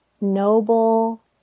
noble